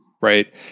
right